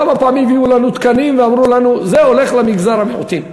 כמה פעמים הביאו לנו תקנים ואמרו לנו: זה הולך למגזר המיעוטים?